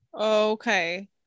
Okay